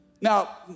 Now